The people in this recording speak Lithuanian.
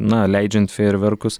na leidžiant fejerverkus